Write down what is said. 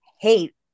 hate